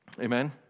Amen